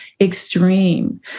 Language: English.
extreme